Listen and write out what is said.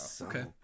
Okay